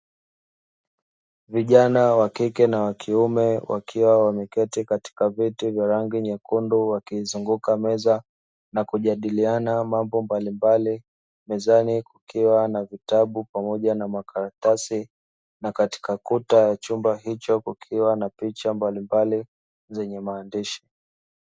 Vijana wa kike na wa kiume wakiwa wameketi katika vyeti vya rangi nyekundu, wakiizunguka meza na kujadiliana mambo mbalimbali mezani kukiwa na vitabu pamoja na makaratasi na katika kuta ya chumba hicho kukiwa na picha mbalimbali zenye maandishi.